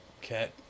cat